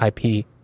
IP